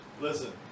Listen